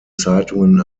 zeitungen